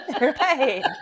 Right